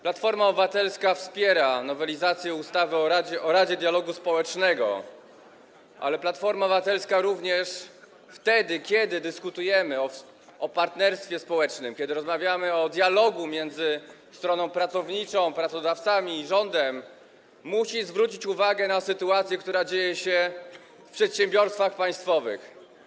Platforma Obywatelska wspiera nowelizację ustawy o Radzie Dialogu Społecznego, ale Platforma Obywatelska również wtedy kiedy dyskutujemy o partnerstwie społecznym, kiedy rozmawiamy o dialogu między stroną pracowniczą, pracodawcami i rządem, musi zwrócić uwagę na sytuację, jaka ma miejsce w przedsiębiorstwach państwowych.